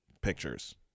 pictures